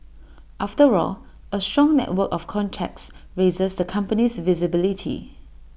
after all A strong network of contacts raises the company's visibility